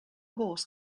horse